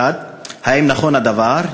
1. האם נכון הדבר?